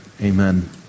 amen